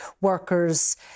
workers